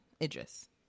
Idris